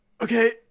Okay